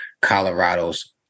Colorado's